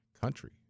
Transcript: country